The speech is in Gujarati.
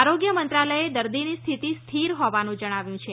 આરોગ્ય મંત્રાલયે દર્દીની સ્થિતિ સ્થિર હોવાનું જણાવ્યું છે